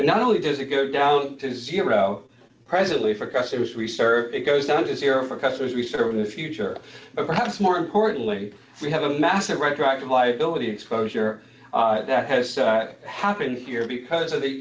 that not only does it go down to zero presently for customers research it goes down to zero for customers we serve in the future but perhaps more importantly we have a massive retroactive my ability exposure that has happened here because of the